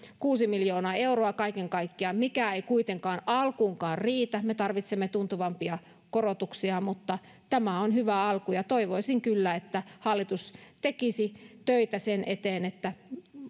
kuusi miljoonaa euroa kaiken kaikkiaan mikä ei kuitenkaan alkuunkaan riitä me tarvitsemme tuntuvampia korotuksia mutta tämä on hyvä alku ja toivoisin kyllä että hallitus tekisi töitä sen eteen että